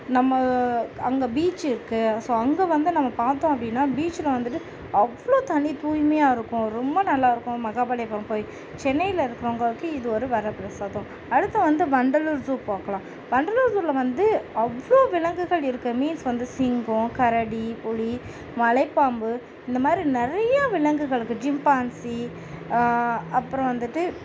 நம்ம அங்கே பீச்சு இருக்குது ஸோ அங்கே வந்து நம்ம பார்த்தோம் அப்படின்னா பீச்சில் வந்துட்டு அவ்வளோ தண்ணி தூய்மையா இருக்கும் ரொம்ப நல்லாயிருக்கும் மகாபலிபுரம் போய் சென்னையில் இருக்கறவங்களுக்கு இது ஒரு வர பிரசாதம் அடுத்து வந்து வண்டலூர் ஸூ பார்க்லாம் வண்டலூர் ஸூவில் வந்து அவ்வளோ விலங்குகள் இருக்குது மீல்ஸ் வந்து சிங்கம் கரடி புலி மலைப்பாம்பு இந்த மாதிரி நிறையா விலங்குகளுக்கு ஜிம்பான்ஸி அப்புறம் வந்துட்டு